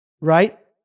right